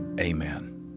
Amen